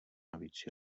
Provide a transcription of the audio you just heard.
navíc